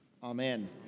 Amen